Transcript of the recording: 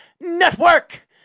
Network